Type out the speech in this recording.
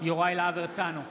יוראי להב הרצנו,